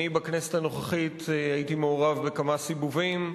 בכנסת הנוכחית הייתי מעורב בכמה סיבובים.